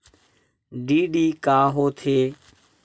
DD का होथे?